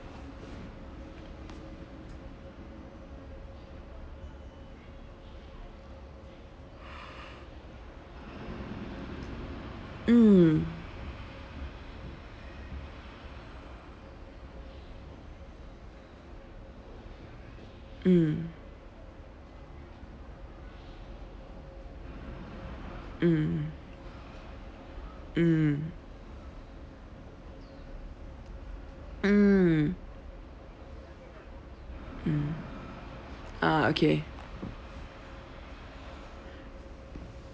mm mm mm mm mm mm uh okay